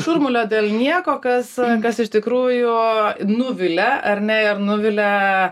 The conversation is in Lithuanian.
šurmulio dėl nieko kas kas iš tikrųjų nuvilia ar ne ir nuvilia